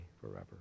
forever